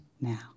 now